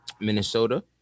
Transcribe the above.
Minnesota